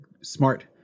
smart